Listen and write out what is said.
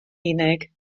unig